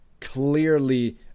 clearly –